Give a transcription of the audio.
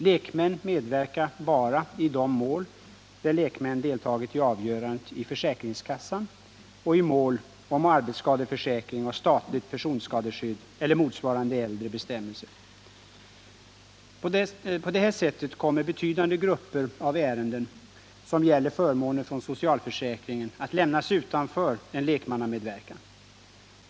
Lekmän medverkar bara i de mål där lekmän deltagit i avgörandet i försäkringskassan och i mål om arbetsskadeförsäkring och statligt personskadeskydd eller motsvarande äldre bestämmelser. På detta sätt kommer betydande grupper av ärenden, som gäller förmåner från socialförsäkringen, att lämnas utanför en lekmannamedverkan.